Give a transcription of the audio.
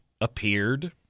appeared